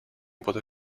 potè